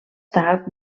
tard